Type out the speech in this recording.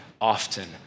often